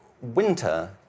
winter